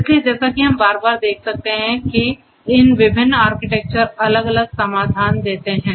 इसलिए जैसा कि हम बार बार देख सकते हैं कि इन विभिन्न आर्किटेक्चर अलग अलग समाधान देते हैं